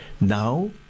Now